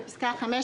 בפסקה (5),